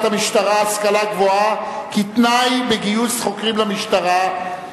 המשטרה (השכלה גבוהה כתנאי בגיוס חוקרים למשטרה)